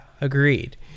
agreed